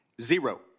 Zero